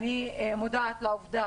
אני מודעת לעובדה